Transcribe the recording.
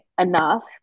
enough